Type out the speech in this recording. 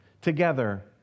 Together